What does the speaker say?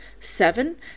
Seven